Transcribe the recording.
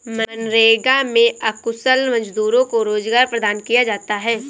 मनरेगा में अकुशल मजदूरों को रोजगार प्रदान किया जाता है